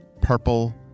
purple